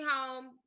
home